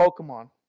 Pokemon